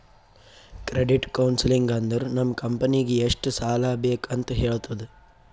credit counselling ಅಂದುರ್ ನಮ್ ಕಂಪನಿಗ್ ಎಷ್ಟ ಸಾಲಾ ಬೇಕ್ ಅಂತ್ ಹೇಳ್ತುದ